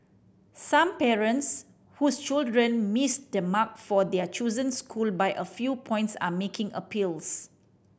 some parents whose children missed the mark for their chosen school by a few points are making appeals